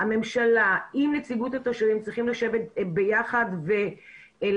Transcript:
והממשלה עם נציגות התושבים צריכים לשבת ביחד ולהכין